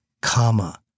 comma